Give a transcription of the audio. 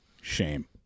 shame